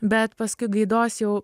bet paskui gaidos jau